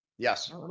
Yes